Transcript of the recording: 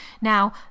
Now